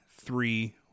three